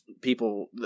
people